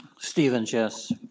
stephens, yes.